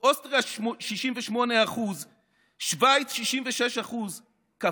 אוסטריה, 68%; שווייץ, 66%; קפריסין,